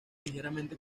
ligeramente